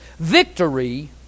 Victory